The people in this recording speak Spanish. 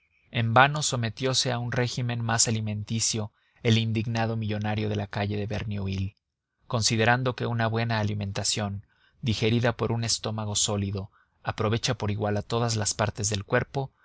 en vano sometiose a un régimen más alimenticio el indignado millonario de la calle de verneuil considerando que una buena alimentación digerida por un estómago sólido aprovecha por igual a todas las partes del cuerpo